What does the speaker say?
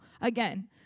again